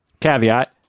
caveat